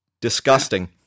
Disgusting